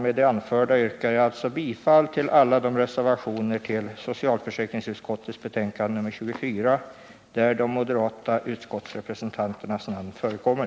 Med det anförda yrkar jag alltså bifall till alla de reservationer till socialförsäkringsutskottets betänkande nr 24 där de moderata utskottsrepresentanternas namn förekommer.